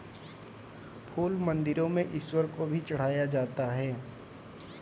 फूल मंदिरों में ईश्वर को भी चढ़ाया जाता है